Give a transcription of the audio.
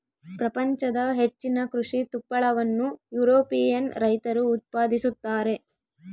ಪ್ರಪಂಚದ ಹೆಚ್ಚಿನ ಕೃಷಿ ತುಪ್ಪಳವನ್ನು ಯುರೋಪಿಯನ್ ರೈತರು ಉತ್ಪಾದಿಸುತ್ತಾರೆ